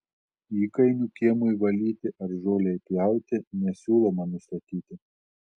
įkainių kiemui valyti ar žolei pjauti nesiūloma nustatyti